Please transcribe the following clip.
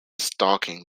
stalking